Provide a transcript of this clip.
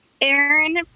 Aaron